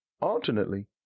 Alternately